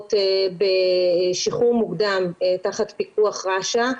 שיוצאות בשחרור מוקדם תחת פיקוח רש"א,